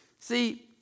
See